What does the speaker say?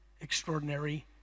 extraordinary